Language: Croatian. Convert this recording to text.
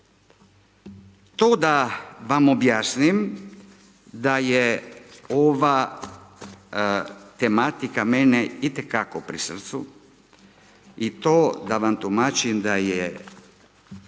To da vam objasnim da je ova tematika mene i te kako pri srcu i to da vam tumačim da je,